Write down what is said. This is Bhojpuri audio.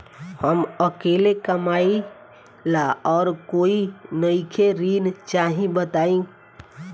हम अकेले कमाई ला और कोई नइखे ऋण चाही बताई?